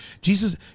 Jesus